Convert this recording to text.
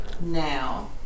now